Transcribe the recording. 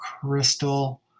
crystal